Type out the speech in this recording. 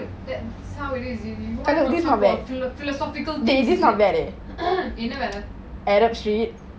that's how it is philosophical things